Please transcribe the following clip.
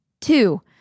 Two